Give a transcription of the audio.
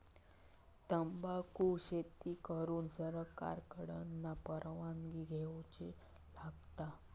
तंबाखुची शेती करुक सरकार कडना परवानगी घेवची लागता